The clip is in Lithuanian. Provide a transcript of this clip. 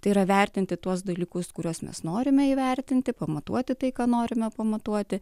tai yra vertinti tuos dalykus kuriuos mes norime įvertinti pamatuoti tai ką norime pamatuoti